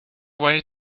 way